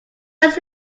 just